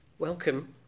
Welcome